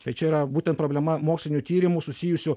tai čia yra būtent problema mokslinių tyrimų susijusių